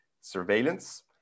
surveillance